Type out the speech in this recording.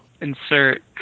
insert